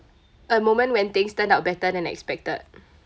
a moment when things turn out better than expected